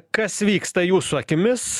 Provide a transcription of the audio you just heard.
kas vyksta jūsų akimis